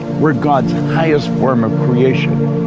we're god's and highest form of creation.